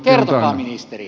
kertokaa ministeri